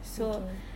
okay